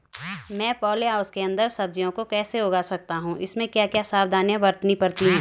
मैं poly house के अन्दर सब्जियों को कैसे उगा सकता हूँ इसमें क्या क्या सावधानियाँ बरतनी पड़ती है?